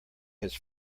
his